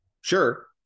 sure